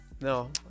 No